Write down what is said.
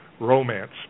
romance